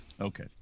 okay